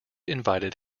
invited